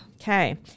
Okay